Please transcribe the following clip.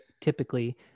typically